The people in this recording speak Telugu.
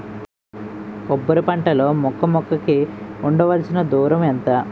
కొబ్బరి పంట లో మొక్క మొక్క కి ఉండవలసిన దూరం ఎంత